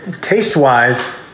Taste-wise